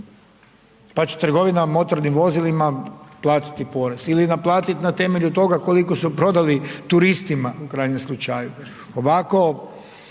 pa će trgovina motornim vozilima platiti porez ili naplatit na temelju toga koliko su prodali turistima u krajnjem slučaju.